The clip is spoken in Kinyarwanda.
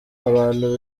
abantu